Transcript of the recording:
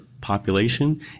population